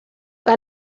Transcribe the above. que